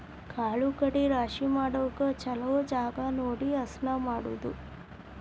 ಕಾಳು ಕಡಿ ರಾಶಿ ಮಾಡಾಕ ಚುಲೊ ಜಗಾ ನೋಡಿ ಹಸನ ಮಾಡುದು